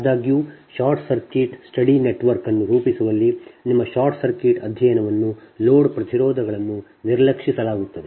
ಆದಾಗ್ಯೂ short circuit study network ಅನ್ನು ರೂಪಿಸುವಲ್ಲಿ ನಿಮ್ಮ ಶಾರ್ಟ್ ಸರ್ಕ್ಯೂಟ್ ಅಧ್ಯಯನವನ್ನು ಲೋಡ್ ಪ್ರತಿರೋಧಗಳನ್ನು ನಿರ್ಲಕ್ಷಿಸಲಾಗುತ್ತದೆ